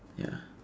ya